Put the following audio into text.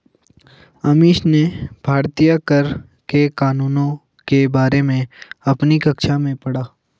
अमीश ने भारतीय कर के कानूनों के बारे में अपनी कक्षा में पढ़ा